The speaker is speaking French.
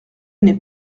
n’est